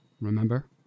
Remember